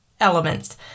elements